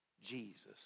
Jesus